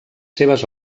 seves